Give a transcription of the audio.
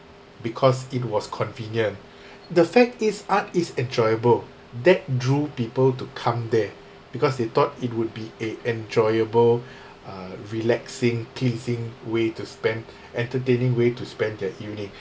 because it was convenient the fact is art is enjoyable that drew people to come there because they thought it would be a enjoyable uh relaxing pleasing way to spend entertaining way to spend their evening